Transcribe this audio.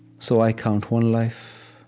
so i count one life